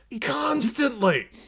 constantly